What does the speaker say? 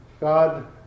God